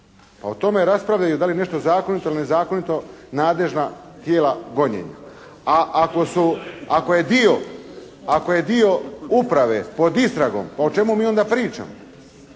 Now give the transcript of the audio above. Pa o tome raspravljaju da li je nešto zakonito ili nezakonito nadležna tijela gonjenja. A ako su, ako je dio, ako je dio uprave pod istragom pa o čemu mi onda pričamo?